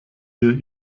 wir